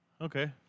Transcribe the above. Okay